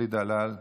אלי דלל,